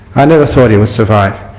i never thought he would survive.